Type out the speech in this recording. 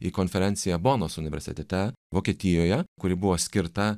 į konferenciją bonos universitete vokietijoje kuri buvo skirta